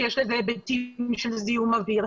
שיש לזה היבטים של זיהום אויר,